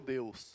Deus